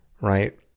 Right